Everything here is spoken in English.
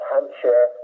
Hampshire